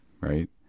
right